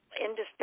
industry